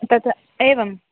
तत् एवम्